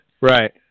Right